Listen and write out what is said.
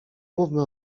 mówmy